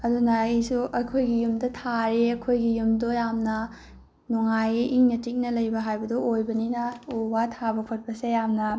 ꯑꯗꯨꯅ ꯑꯩꯁꯨ ꯑꯩꯈꯣꯏꯒꯤ ꯌꯨꯝꯗ ꯊꯥꯌꯦ ꯑꯩꯈꯣꯏꯒꯤ ꯌꯨꯝꯗꯣ ꯌꯥꯝꯅ ꯅꯨꯡꯉꯥꯏꯌꯦ ꯏꯪꯅ ꯆꯤꯛꯅ ꯂꯩꯕ ꯍꯥꯏꯕꯗꯣ ꯑꯣꯏꯕꯅꯤꯅ ꯎ ꯋꯥ ꯊꯥꯕ ꯈꯣꯠꯄꯁꯦ ꯌꯥꯝꯅ